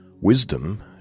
Wisdom